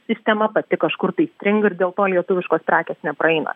sistema pati kažkur tai stringa ir dėl to lietuviškos prekės nepraeina